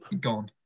gone